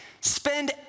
Spend